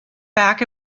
back